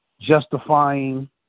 justifying